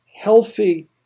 healthy